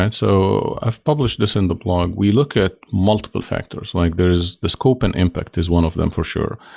and so published this in the blog. we look at multiple factors. like there is the scope and impact is one of them for sure.